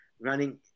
running